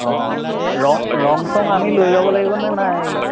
অঁ ৰং ৰং চং আমি লৈ যাব লাগিবনে নাই